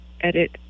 edit